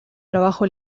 trabajo